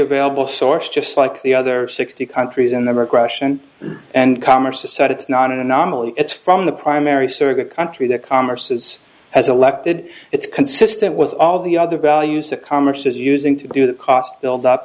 available source just like the other sixty countries in the regression and commerce aside it's not an anomaly it's from the primary surrogate country that commerces has elected it's consistent with all the other values that commerce is using to do the cost build up